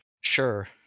sure